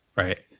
Right